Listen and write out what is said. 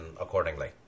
accordingly